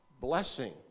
Blessing